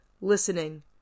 listening